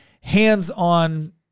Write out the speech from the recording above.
hands-on